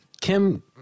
Kim